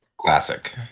Classic